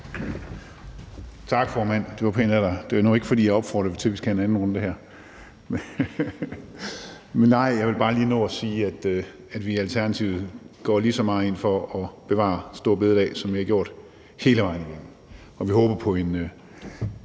Tak, formand. Det var pænt af dig. Det var nu ikke, fordi jeg ville opfordre til, at vi skulle have en anden runde her. Jeg ville bare lige nå at sige, at vi i Alternativet går lige så meget ind for at bevare store bededag, som vi har gjort hele vejen igennem, og vi håber på en